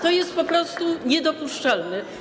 To jest po prostu niedopuszczalne.